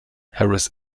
harris